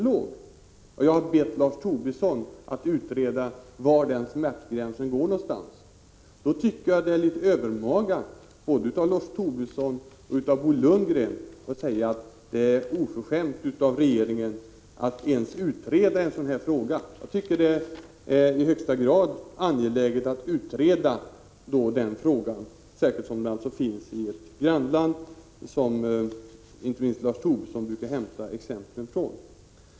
Jag har bett Lars Tobisson att utreda var den smärtgränsen går någonstans. Då tycker jag att det är litet övermaga både av Lars Tobisson och av Bo Lundgren att säga att det är oförskämt av regeringen att ens utreda en sådan här fråga. Jag tycker att det är i högsta grad angeläget att utreda denna fråga, särskilt som systemet finns i ett grannland som inte minst Lars Tobisson brukar hämta exemplen från.